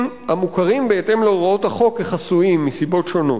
המוכרים בהתאם להוראות החוק כחסויים מסיבות שונות.